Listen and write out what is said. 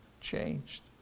changed